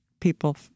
People